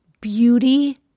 beauty